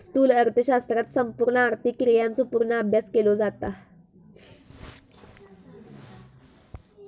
स्थूल अर्थशास्त्रात संपूर्ण आर्थिक क्रियांचो पूर्ण अभ्यास केलो जाता